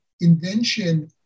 invention